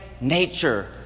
nature